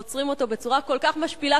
ועוצרים אותו בצורה כל כך משפילה,